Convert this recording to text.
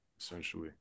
essentially